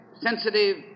sensitive